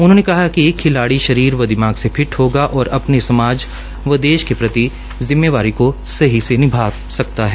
उन्होंने कहा कि खिलाड़ी शरीर व दिमाग से फिट होगा और अपने समाज व देश के प्रति जिम्मेवारी को सही से निभाता है